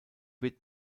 wird